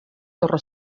torre